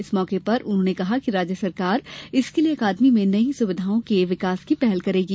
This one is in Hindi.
इस मौके पर उन्होंने कहा कि राज्य सरकार इसके लिये अकादमी में नई सुविधाओं के विकास की पहल करेगी